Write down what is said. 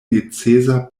necesa